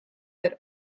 that